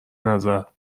نظر